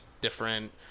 different